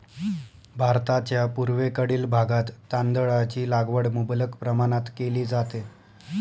भारताच्या पूर्वेकडील भागात तांदळाची लागवड मुबलक प्रमाणात केली जाते